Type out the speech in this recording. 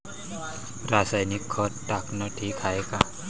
रासायनिक खत टाकनं ठीक हाये का?